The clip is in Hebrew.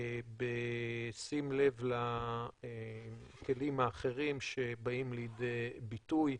בשים לב לכלים האחרים שבאים לידי ביטוי.